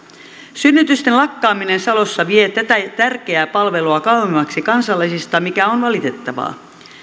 synnytysten lakkaaminen salossa vie tätä tärkeää palvelua kauemmaksi kansalaisista mikä on valitettavaa